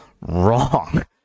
wrong